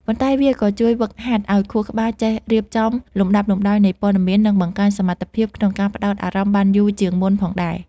ប៉ុន្តែវាក៏ជួយហ្វឹកហាត់ឱ្យខួរក្បាលចេះរៀបចំលំដាប់លំដោយនៃព័ត៌មាន និងបង្កើនសមត្ថភាពក្នុងការផ្តោតអារម្មណ៍បានយូរជាងមុនផងដែរ។